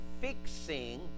fixing